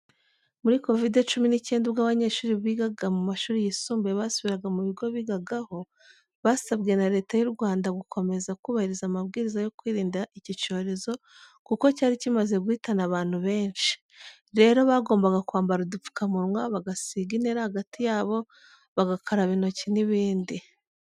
Muri Kovide cyumi n'icyenda ubwo abanyeshuri bigaga mu mashuri yisumbuye basubiraga mu bigo bigagaho, basabye na Leta y'u Rwanda gukomeza kubahiriza amabwiriza yo kwirinda iki cyorezo, kuko cyari kimaze guhitana abantu benshi. Rero bagombaga kwambara udupfukamunwa, bagasiga intera hagati yabo, bagakaraba intoki n'ibindi.